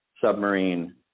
Submarine